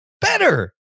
better